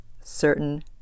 certain